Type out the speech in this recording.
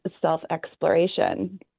self-exploration